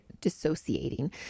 dissociating